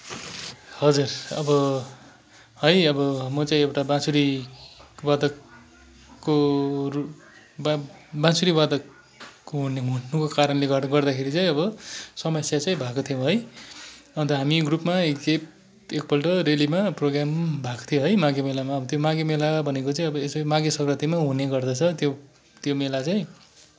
हजुर अब है अब म चाहिँ एउटा बाँसुरीवादकको रूप बाँसुरीवादक हुनुको कारणले गर्दाखेरि चाहिँ अब समस्या चाहिँ भएको थियो है अन्त हामी ग्रुपमा एकखेप एकपल्ट रेलीमा प्रोग्राम भएको थियो है माघे मेलामा अब त्यो माघे मेला भनेको चाहिँ अब यसै माघे सङ्क्रान्तिमै हुने गर्दछ त्यो त्यो मेला चाहिँ